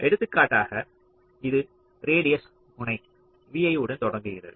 எடுத்துக்காட்டாக இது ரேடியஸ் முனை vi உடன் தொடங்குகிறது